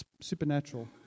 supernatural